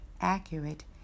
accurate